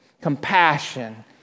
Compassion